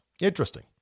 Interesting